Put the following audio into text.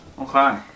Okay